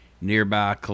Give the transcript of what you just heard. nearby